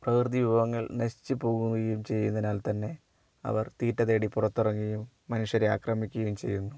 പ്രകൃതി വിഭവങ്ങൾ നശിച്ചുപോകുകയും ചെയ്യുന്നതിനാൽ തന്നെ അവർ തീറ്റ തേടി പുറത്ത് ഇറങ്ങുകയും മനുഷ്യരേ ആക്രമിക്കുകയും ചെയ്യുന്നു